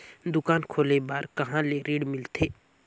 दुकान खोले बार कहा ले ऋण मिलथे?